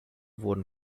wurden